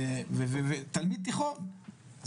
תלמיד תיכון,